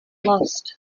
lost